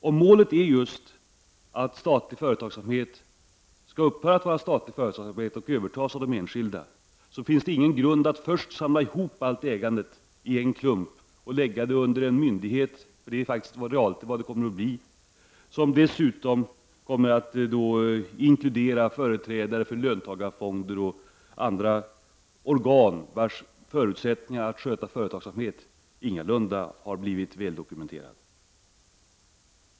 Om målet är att statlig företagsamhet skall upphöra att drivas av staten och övertas av de enskilda, finns det ingen grund för att först samla ihop allt ägande i en klump och lägga det under en myndighet — för så kommer faktiskt resultatet att bli — där det dessutom skall ingå företrädare för löntagarfonderna och andra organ, vilkas förutsättningar att sköta företagsamhet ingalunda har blivit väldokumenterad.